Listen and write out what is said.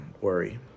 worry